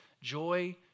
Joy